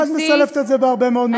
את מסלפת את זה בהרבה מאוד מקומות אחרים.